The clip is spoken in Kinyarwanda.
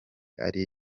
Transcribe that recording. ari